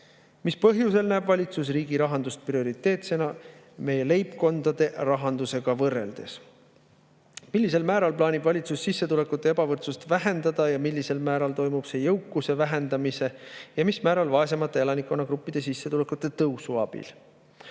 Mis põhjusel näeb valitsus riigirahandust prioriteetsemana kui meie leibkondade rahandust? Millisel määral plaanib valitsus sissetulekute ebavõrdsust vähendada ning millisel määral toimub see jõukuse vähendamise abil ja millisel määral vaesemate elanikkonnagruppide sissetulekute tõusu abil?